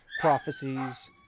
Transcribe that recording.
prophecies